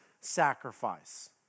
sacrifice